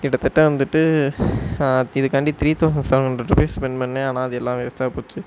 கிட்டத்தட்ட வந்துவிட்டு இதுக்காண்டி three thousand seven hundred rupees spend பண்ணேன் ஆனால் அது எல்லாம் வேஸ்ட்டாக போச்சு